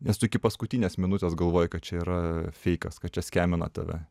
nes tu iki paskutinės minutės galvoji kad čia yra feikas kad čia skemina tave